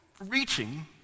reaching